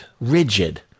Rigid